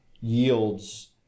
yields